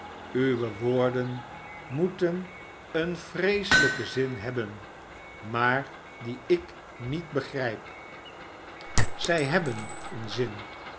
suwe woorden moeten een vreeselijke zin hebben maar dien ik niet begrijp zij hebben een zin